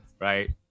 right